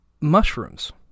mushrooms